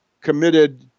committed